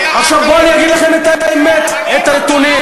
עכשיו בואו אני אגיד לכם את האמת, את הנתונים.